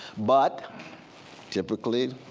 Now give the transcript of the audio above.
but typically,